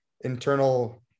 internal